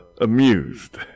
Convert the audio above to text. amused